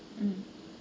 mm